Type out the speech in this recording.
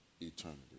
eternity